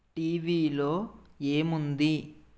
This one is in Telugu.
టీవీలో ఏముంది